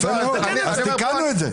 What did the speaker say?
אז תיקנו את זה.